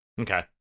Okay